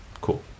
Cool